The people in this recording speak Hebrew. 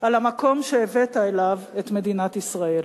על המקום שהבאת אליו את מדינת ישראל.